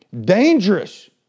Dangerous